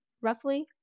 roughly